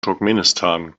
turkmenistan